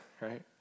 right